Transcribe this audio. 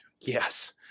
Yes